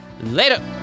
Later